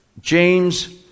James